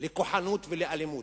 לכוחנות ולאלימות,